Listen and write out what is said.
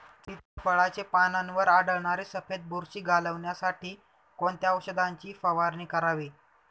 सीताफळाचे पानांवर आढळणारी सफेद बुरशी घालवण्यासाठी कोणत्या औषधांची फवारणी करावी?